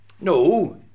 No